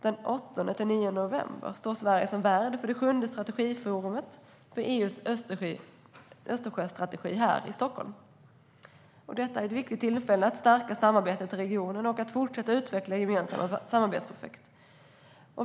Den 8-9 november står Sverige värd för det sjunde strategiforumet för EU:s Östersjöstrategi här i Stockholm. Detta är ett viktigt tillfälle att stärka samarbetet i regionen och fortsätta utveckla gemensamma samarbetsprojekt.